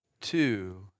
two